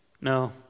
no